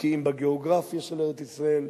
בקיאים בגיאוגרפיה של ארץ-ישראל,